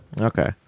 okay